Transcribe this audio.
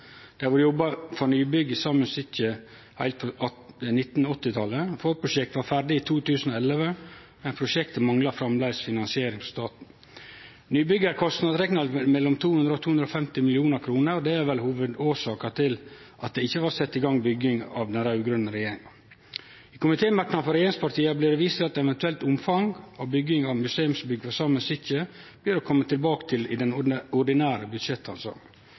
har vore jobba med nybygg for Saemien Sijte heilt sidan 1980-talet. Forprosjektet var ferdig i 2011, men prosjektet manglar framleis finansiering frå staten. Nybygget er kostnadsrekna til mellom 200 mill. kr og 250 mill. kr, og det er vel hovudårsaka til at det ikkje blei sett i gong bygging av den raud-grøne regjeringa. I ein komitémerknad frå regjeringspartia blir det vist til at eventuelt omfang av bygging av museumsbygg for Saemien Sijte blir ein å kome tilbake til i den ordinære